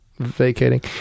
Vacating